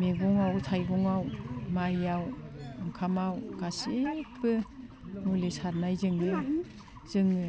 मैगङाव थाइगङाव माइयाव ओंखामाव गासैबो मुलि सारनायजोंनो जोङो